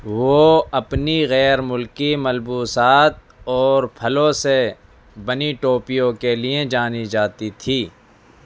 وہ اپنی غیر ملکی ملبوسات اور پھلوں سے بنی ٹوپیوں کے لیے جانی جاتی تھی